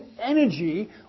energy